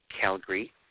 Calgary